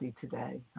today